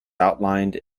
outlined